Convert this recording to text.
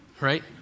right